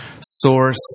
source